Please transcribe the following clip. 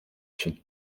чинь